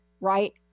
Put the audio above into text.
right